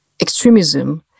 extremism